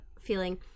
feeling